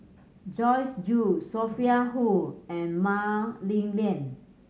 Joyce Jue Sophia Hull and Mah Li Lian